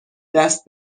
دست